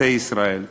שבטי ישראל".